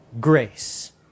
grace